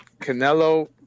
canelo